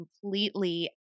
completely